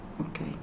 Okay